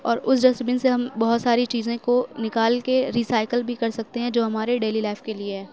اور اس ڈسٹبن سے ہم بہت ساری چیزیں کو نکال کے ریسائیکل بھی کر سکتے ہیں جو ہمارے ڈیلی لائف کے لیے ہے